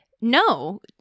no